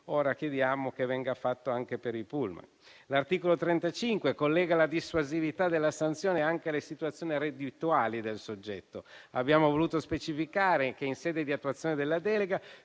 ora chiediamo che venga fatto anche per i pullman. L'articolo 35 collega la dissuasività della sanzione anche alle situazioni reddituali del soggetto. Abbiamo voluto specificare che, in sede di attuazione della delega,